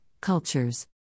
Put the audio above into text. cultures